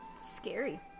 scary